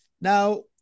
Now